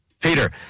Peter